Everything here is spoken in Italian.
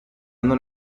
non